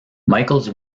michaels